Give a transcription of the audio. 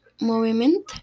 movement